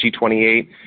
G28